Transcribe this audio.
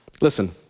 Listen